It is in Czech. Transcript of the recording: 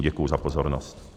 Děkuji za pozornost.